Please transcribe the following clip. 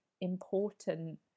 important